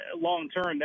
long-term